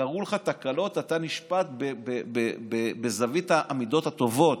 קרו לך תקלות, אתה נשפט בזווית המידות הטובות,